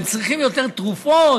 והם צריכים יותר תרופות,